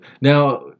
Now